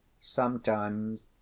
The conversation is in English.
Sometimes